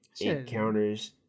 encounters